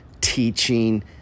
teaching